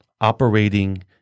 operating